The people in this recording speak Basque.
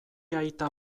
aita